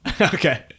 Okay